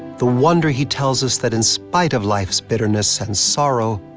the wonder he tells us that, in spite of life's bitterness and sorrow,